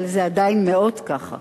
אבל זה עדיין מאוד ככה.